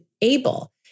able